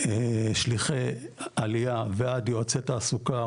משליחי עלייה ועד יועצי תעסוקה,